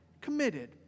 committed